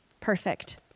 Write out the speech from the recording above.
perfect